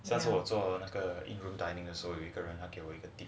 上次我做那个 in group dining 的时候有一个人拿给我